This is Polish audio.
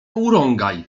urągaj